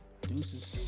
Deuces